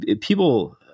people